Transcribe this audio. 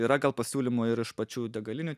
yra gal pasiūlymų ir iš pačių degalinių